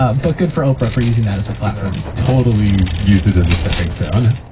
ah but good for oprah for using that as a platform. totally used it as a stepping stone.